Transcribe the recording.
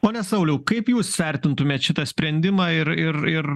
pone sauliau kaip jūs vertintumėt šitą sprendimą ir ir ir